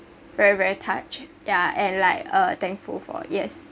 very very touched ya and like uh thankful for yes